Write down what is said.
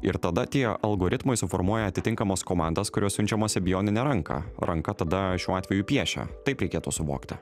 ir tada tie algoritmai suformuoja atitinkamas komandas kurios siunčiamos į bioninę ranką ranka tada šiuo atveju piešia taip reikėtų suvokti